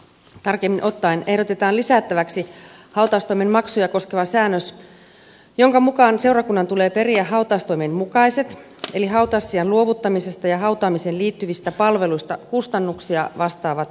tarkemmin ottaen ehdotetaan lisättäväksi hautaustoimen maksuja koskeva säännös jonka mukaan seurakunnan tulee periä hautaustoimen mukaiset eli hautaussijan luovuttamisesta ja hautaamiseen liittyvistä palveluista kustannuksia vastaavat maksut